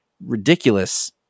ridiculous